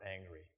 angry